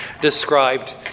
described